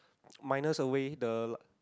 minus away the